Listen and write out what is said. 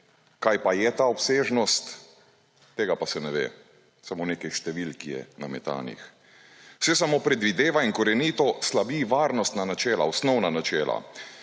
Kaj pa je ta obsežnost, tega pa se ne ve, samo nekaj številk je nametanih. Vse samo predvideva in korenito slabi varnostna načela, osnovna načela.